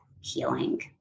healing